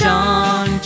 John